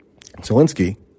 Zelensky